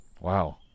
Wow